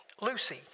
Lucy